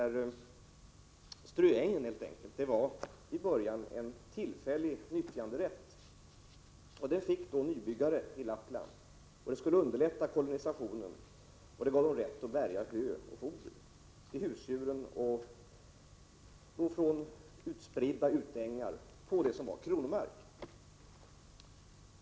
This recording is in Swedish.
Ströängen var i början helt enkelt en tillfällig nyttjanderätt. Den fick nybyggare i Lappland för att underlätta kolonisationen. Den gav dem rätt att bärga hö och foder till husdjuren från utspridda utängar på det som var kronomark.